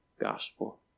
gospel